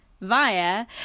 via